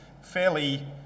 fairly